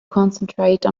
concentrate